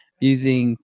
using